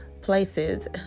places